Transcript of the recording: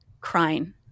Crying